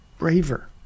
braver